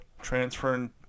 transferring